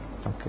Okay